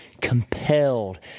compelled